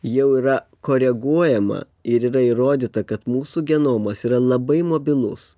jau yra koreguojama ir yra įrodyta kad mūsų genomas yra labai mobilus